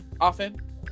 often